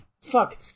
fuck